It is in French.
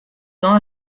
tant